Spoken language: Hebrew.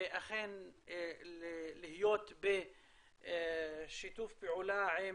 ולהיות בשיתוף פעולה עם